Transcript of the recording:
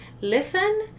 listen